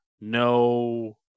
No